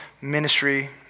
ministry